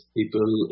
people